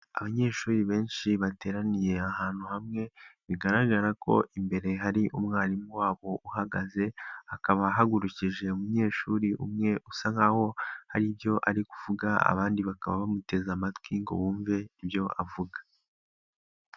Abanyeshuri benshi bateraniye ahantu hamwe bigaragara ko imbere hari umwarimu wabo uhagaze akaba ahagurukije umunyeshuri umwe usa nkaho hari ibyo ari kuvuga abandi bakaba bamuteze amatwi ngo wumve ibyo avuga.